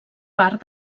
part